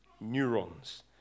neurons